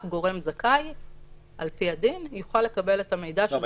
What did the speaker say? רק גורם זכאי על פי הדין יוכל לקבל את המידע שהוא זכאי --- לא,